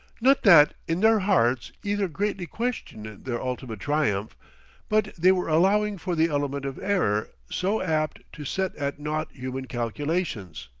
not that, in their hearts, either greatly questioned their ultimate triumph but they were allowing for the element of error so apt to set at naught human calculations.